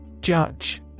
Judge